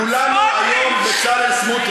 כולנו היום,